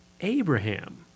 Abraham